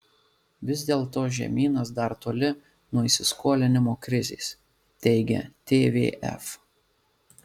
vis dėlto žemynas dar toli nuo įsiskolinimo krizės teigia tvf